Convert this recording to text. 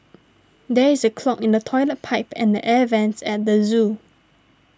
there is a clog in the Toilet Pipe and the Air Vents at the zoo